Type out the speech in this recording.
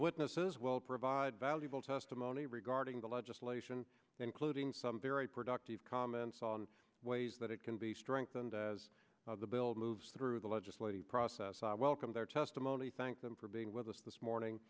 witnesses will provide valuable testimony regarding the legislation including some very productive comments on ways that it can be strengthened as the bill moves through the legislative process i welcome their testimony thank them for being with us this morning